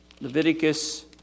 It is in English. Leviticus